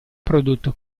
prodotto